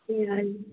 ए हजुर